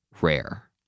rare